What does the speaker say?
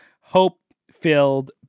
hope-filled